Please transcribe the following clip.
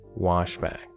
Washback